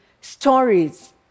stories